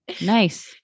nice